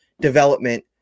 development